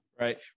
Right